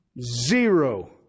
Zero